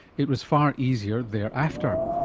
it was far easier thereafter.